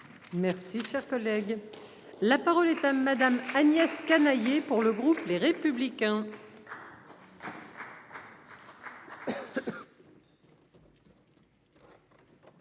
Merci, cher collègue, la parole est à madame Agnès Canayer pour le groupe Les Républicains.